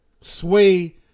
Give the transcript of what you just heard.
sway